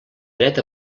dret